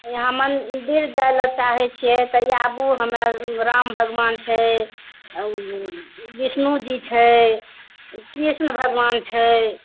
अहाँ मंदिर जाय लऽ चाहैत छियै तऽ आबू हम्मे राम भगबान छै बिष्णु जी छै कृष्ण भगबान छै